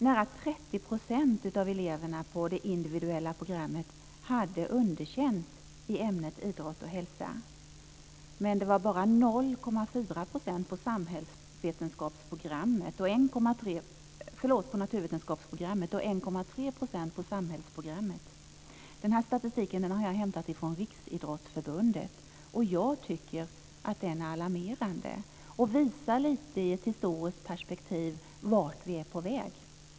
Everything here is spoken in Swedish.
Nära 30 % av eleverna på det individuella programmet hade underkänt i ämnet idrott och hälsa, det var bara 0,4 % på naturvetenskapsprogrammet och 1,3 % på samhällsprogrammet. Den här statistiken har jag hämtat från Riksidrottsförbundet. Jag tycker att den är alarmerande och visar lite ur ett historiskt perspektiv vart vi är på väg.